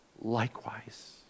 likewise